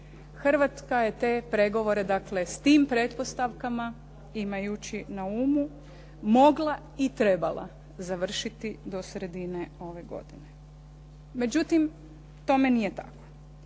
Hrvatske je te pregovore, dakle, sa tim pretpostavkama, imajući na umu mogla i trebala završiti do sredine ove godine. Međutim, tome nije tako,